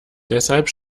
deshalb